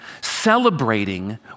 celebrating